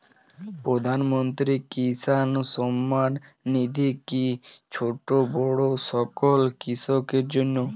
প্রধানমন্ত্রী কিষান সম্মান নিধি কি ছোটো বড়ো সকল কৃষকের জন্য?